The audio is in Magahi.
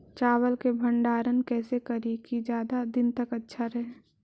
चावल के भंडारण कैसे करिये की ज्यादा दीन तक अच्छा रहै?